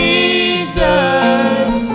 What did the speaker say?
Jesus